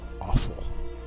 awful